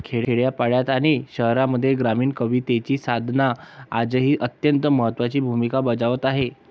खेड्यापाड्यांत आणि शहरांमध्ये ग्रामीण कवितेची साधना आजही अत्यंत महत्त्वाची भूमिका बजावत आहे